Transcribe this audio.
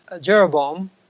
Jeroboam